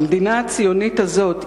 במדינה הציונית הזאת,